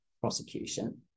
prosecution